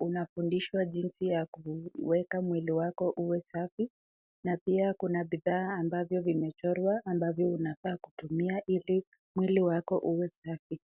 unafundishwa jinsi ya kueka mwili wako uwe safi na pia kuna bidhaa ambavyo vimechorwa ambavyo unafaa kutumia ili mwili wako uwe safi.